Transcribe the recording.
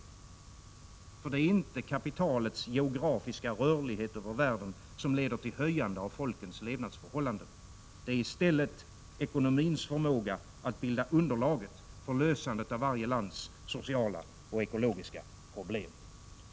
Det är nämligen inte kapitalets geografiska rörlighet över världen som leder till höjande av folkens 171 levnadsförhållanden. Det är i stället ekonomins förmåga att bilda underlag för lösandet av varje lands sociala och ekologiska problem.